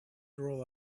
rule